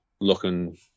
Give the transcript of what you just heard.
looking